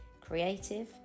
creative